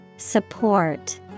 Support